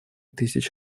тысяч